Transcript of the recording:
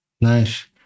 Nice